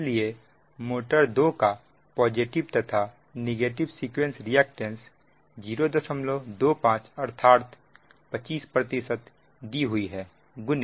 इसलिए मोटर 2 का पॉजिटिव तथा नेगेटिव सीक्वेंस रिएक्टेंस 025 अर्थात 25 दी हुई है 5015